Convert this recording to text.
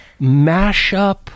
mashup